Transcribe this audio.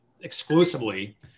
exclusively